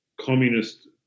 communist